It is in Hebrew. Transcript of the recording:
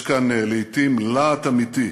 יש כאן לעתים להט אמיתי,